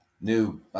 new